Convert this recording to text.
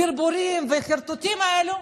הברבורים והחרטוטים האלה,